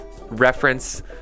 reference